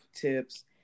tips